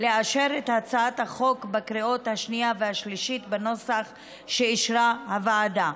לאשר את הצעת החוק בקריאות השנייה השלישית בנוסח שאישרה הוועדה.